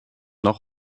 noch